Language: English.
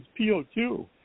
PO2